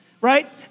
right